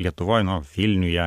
lietuvoj nu vilniuje